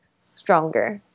stronger